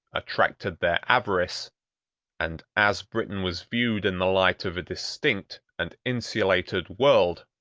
attracted their avarice and as britain was viewed in the light of a distinct and insulated world,